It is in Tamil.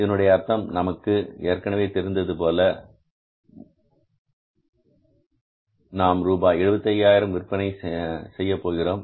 இதனுடைய அர்த்தம் நமக்கு ஏற்கனவே தெரிந்தது போல நாம் ரூபாய் 75000 விற்பனை செய்யப் போகிறோம்